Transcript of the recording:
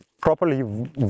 properly